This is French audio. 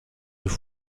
deux